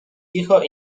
cicho